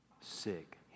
sick